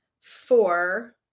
four